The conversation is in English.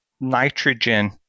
nitrogen